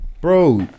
bro